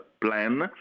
plan